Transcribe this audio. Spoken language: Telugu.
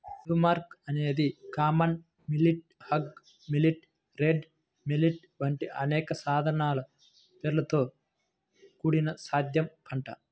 బ్రూమ్కార్న్ అనేది common millet, hog millet, red millet వంటి అనేక సాధారణ పేర్లతో కూడిన ధాన్యం పంట